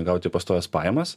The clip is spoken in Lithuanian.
gauti pastovias pajamas